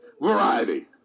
variety